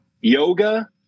yoga